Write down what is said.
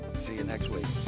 see you next week.